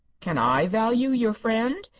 can i value your friend?